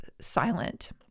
silent